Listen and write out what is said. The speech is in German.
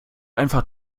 einfach